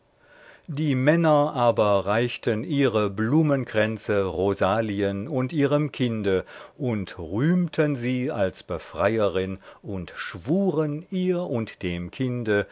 die männer aber reichten ihre blumenkränze rosalien und ihrem kinde und rühmten sie als befreierin und schwuren ihr und dem kinde